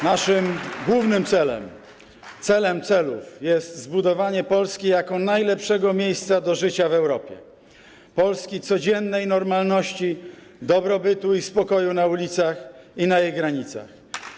Naszym głównym celem, celem celów, jest zbudowanie Polski jako najlepszego miejsca do życia w Europie, Polski codziennej normalności, dobrobytu i spokoju na ulicach i na jej granicach.